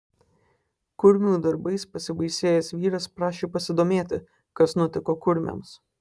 kurmių darbais pasibaisėjęs vyras prašė pasidomėti kas nutiko kurmiams